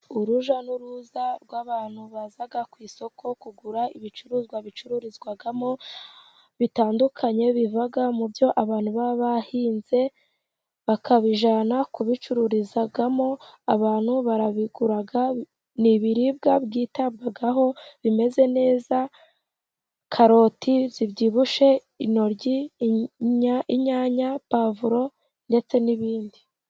Urujya n'uruza rw'abantu baza ku isoko kugura ibicuruzwa, ibicururizwamo bitandukanye biva mu byo abantu baba bahinze bakabijyana kubicururizamo. Abantu barabigura ni ibiribwa byitabwaho bimeze neza karoti z'ibyibushye, intoryi, inyanya, pavuro ndetse n'ibindi.